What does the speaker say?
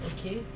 Okay